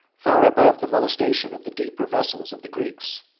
far above the molestation of the deeper vessels of the greeks.